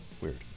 Weird